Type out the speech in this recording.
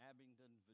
Abingdon